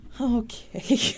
Okay